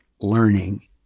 learning